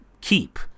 keep